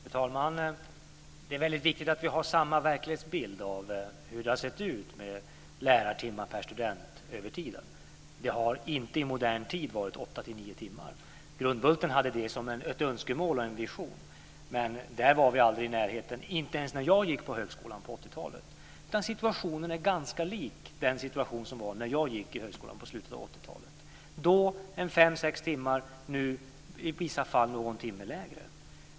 Fru talman! Det är väldigt viktigt att vi har samma verklighetsbild av hur det har sett ut med lärartimmar per student över tiden. Det har inte i modern tid varit 8-9 timmar. Grundbulten hade det som ett önskemål och en vision, men där var vi aldrig i närheten - inte ens när jag gick i högskolan på 80-talet. Situationen är ganska lik den situation som var när jag gick i högskolan i slutet av 80-talet. Då var det 5-6 timmar. Nu är det i vissa fall någon timme lägre.